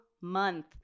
month